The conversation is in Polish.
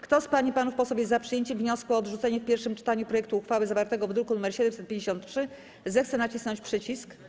Kto z pań i panów posłów jest za przyjęciem wniosku o odrzucenie w pierwszym czytaniu projektu uchwały zawartego w druku nr 753, zechce nacisnąć przycisk.